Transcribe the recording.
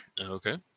Okay